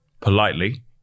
politely